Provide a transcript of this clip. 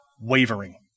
wavering